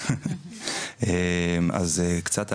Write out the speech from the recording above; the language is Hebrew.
קצת עליי,